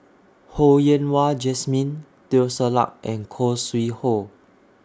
Ho Yen Wah Jesmine Teo Ser Luck and Khoo Sui Hoe